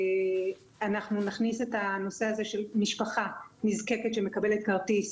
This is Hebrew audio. אנחנו נכניס את הנושא הזה של משפחה נזקקת שמקבלת כרטיס,